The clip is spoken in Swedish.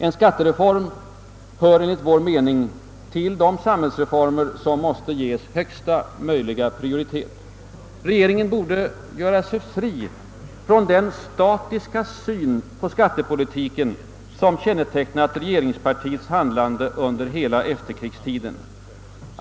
En skattereform hör enligt vår mening till de samhällsreformer som måste ges högsta möjliga prioritet. Regeringen borde göra sig fri från den statiska syn på skattepolitiken som kännetecknat regeringspartiets handlande under hela efterkrigstiden.